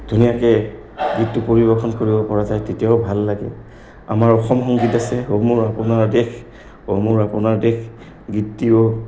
ধুনীয়াকে গীতটো পৰিৱেশন কৰিব পৰা যায় তেতিয়াও ভাল লাগে আমাৰ অসম সংগীত আছে অ মোৰ আপোনাৰ দেশ অ মোৰ আপোনাৰ দেশ গীতটিও